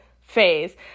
phase